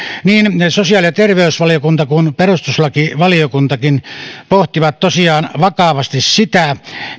niin sosiaali ja terveysvaliokunta kuin perustuslakivaliokuntakin pohtivat tosiaan vakavasti sitä